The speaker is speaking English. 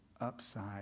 upside